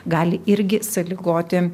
gali irgi sąlygoti